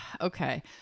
Okay